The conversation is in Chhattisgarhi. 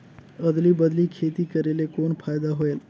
अदली बदली खेती करेले कौन फायदा होयल?